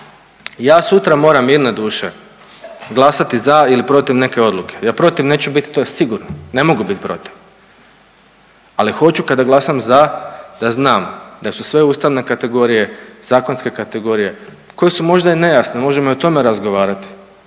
Ja sutra moram mirne duše glasati za ili protiv neke odluke. Ja protiv neću biti to je sigurno, ne mogu biti protiv. Ali hoću kada glasam za da znam da su sve ustavne kategorije, zakonske kategorije koje su možda i nejasne, možemo i o tome razgovarati